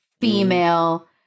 female